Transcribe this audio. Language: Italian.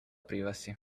privacy